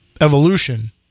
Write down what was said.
evolution